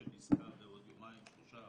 של עסקה ועוד יומיים-שלושה-ארבעה-חמישה.